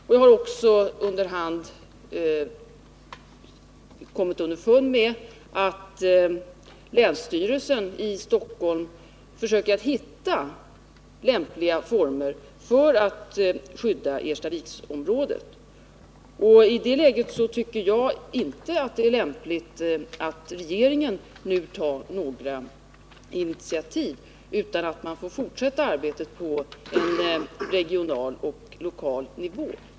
Jag har också under hand erfarit att länsstyrelsen i Stockholm försöker hitta lämpliga former för att skydda Erstaviksområdet. I det läget tycker jag inte att det är lämpligt att regeringen nu tar några initiativ, utan man får fortsätta arbetet på regional och lokal nivå.